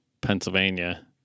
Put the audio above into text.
Pennsylvania